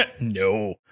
No